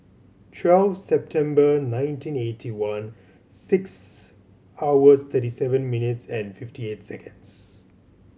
twelve September nineteen eighty one six hours thirty seven minutes and fifty eight seconds